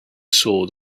saw